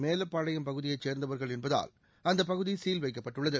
மேலப்பாளையம் பகுதியைசேர்ந்தவா்கள் என்பதால் அந்தபகுதிசீல் வைக்கப்பட்டுள்ளது